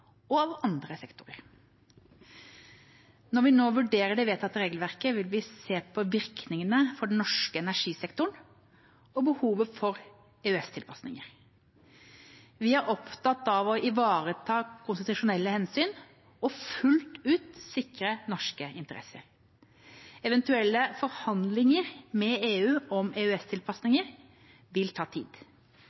og andre sektorer. Når vi nå vurderer det vedtatte regelverket, vil vi se på virkningene for den norske energisektoren og behovet for EØS-tilpasninger. Vi er opptatt av å ivareta konstitusjonelle hensyn og fullt ut sikre norske interesser. Eventuelle forhandlinger med EU om EØS-tilpasninger vil ta tid.